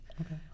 Okay